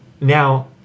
Now